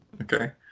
Okay